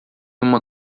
uma